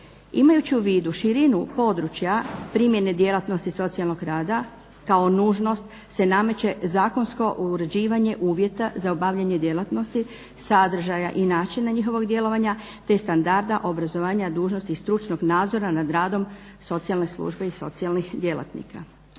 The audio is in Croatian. Imajući u vidu širinu područja primjene djelatnosti socijalnog rada kao nužnost se nameće zakonsko uređivanje uvjeta za obavljanje djelatnosti, sadržaja i načina njihovog djelovanja, te standarda obrazovanja dužnosti stručnog nadzora nad radom socijalne službe i socijalnih djelatnika.